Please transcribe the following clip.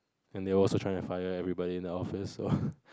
and they also trying to fire everybody in the office so